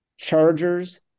Chargers